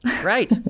Right